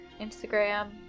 Instagram